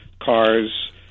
cars